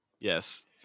Yes